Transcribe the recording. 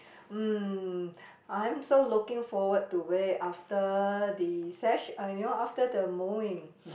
mm I'm so looking forward to wear after the sesh~ uh you know after the mowing